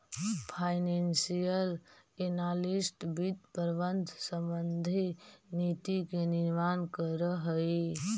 financial analyst वित्त प्रबंधन संबंधी नीति के निर्माण करऽ हइ